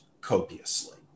copiously